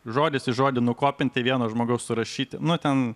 žodis į žodį nukopinti vieno žmogaus surašyti nu ten